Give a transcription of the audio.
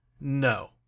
No